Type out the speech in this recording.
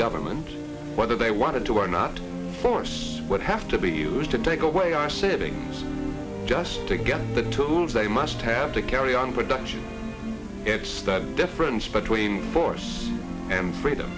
government whether they wanted to or not force would have to be used to take away our savings just to get the tools they must have to carry on production it's the difference between force and freedom